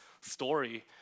story